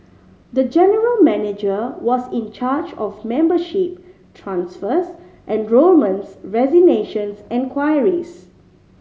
the general manager was in charge of membership transfers enrolments resignations and queries